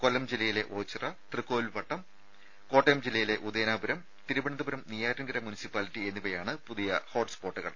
കൊല്ലം ജില്ലയിലെ ഓച്ചിറ തൃക്കോവിൽവട്ടം കോട്ടയം ജില്ലയിലെ ഉദയനാപുരം തിരുവനന്തപുരം നെയ്യാറ്റിൻകര മുനിസിപ്പാലിറ്റി എന്നിവയാണ് പുതിയ ഹോട്സ്പോട്ടുകൾ